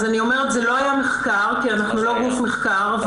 זה לא היה מחקר, כי אנחנו לא גוף מחקר.